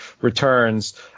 Returns